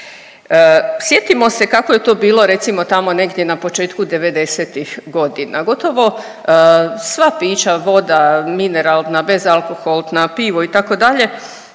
Sjetimo se kako je to bilo recimo tamo negdje na početku '90.-tih godina, gotovo sva pića, voda, mineralne, bezalkoholna, pivo itd.